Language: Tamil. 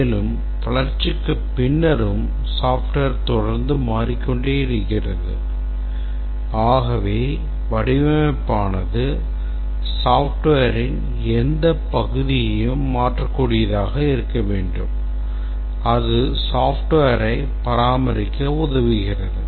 மேலும் வளர்ச்சிக்கு பின்னரும் software தொடர்ந்து மாறிக்கொண்டே இருக்கிறது ஆகவே வடிவமைப்பு ஆனது softwareன் எந்தப் பகுதியையும் மாற்றக்கூடியதாக இருக்க வேண்டும் அது software ஐ பராமரிக்க உதவுகிறது